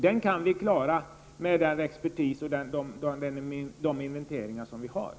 Den kan vi klara med den expertis som finns och de inventeringar som har gjorts.